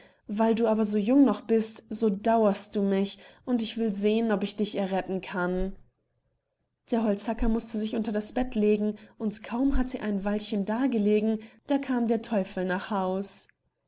weil du aber so jung noch bist so dauerst du mich und ich will sehen ob ich dich erretten kann der holzhacker mußte sich unter das bett legen und kaum hatte er ein weilchen da gelegen da kam der teufel nach haus